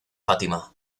fátima